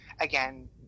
again